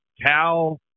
Cal